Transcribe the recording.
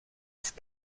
ist